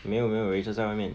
没有没有 rachel 在外面